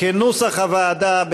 כנוסח הוועדה.